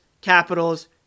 Capitals